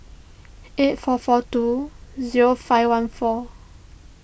eight four four two zero five one four